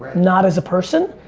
not as a person,